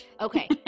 Okay